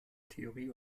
theorie